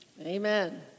Amen